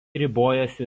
ribojasi